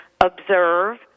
observe